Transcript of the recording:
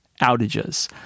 outages